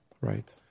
right